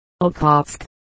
Okhotsk